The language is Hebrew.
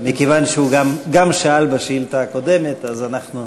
מכיוון שהוא גם שאל בשאילתה הקודמת אז אנחנו,